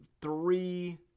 three